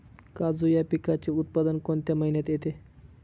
काजू या पिकाचे उत्पादन कोणत्या महिन्यात येते?